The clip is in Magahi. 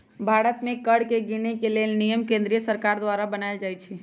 भारत में कर के गिनेके लेल नियम केंद्रीय सरकार द्वारा बनाएल जाइ छइ